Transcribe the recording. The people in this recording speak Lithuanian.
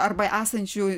arba esančių